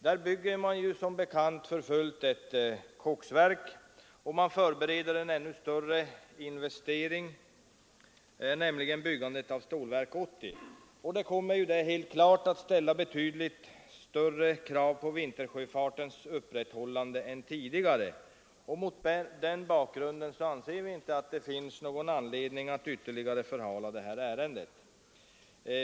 Där bygger man som bekant för fullt ett koksverk, och man förbereder en ännu större investering, nämligen byggandet av Stålverk 80. Det kommer självfallet att ställa betydligt större krav på vintersjöfartens upprätthållande än tidigare. Mot den bakgrunden anser vi inte att det finns någon anledning att ytterligare förhala det här ärendet.